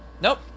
Nope